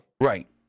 Right